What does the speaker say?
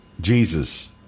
Jesus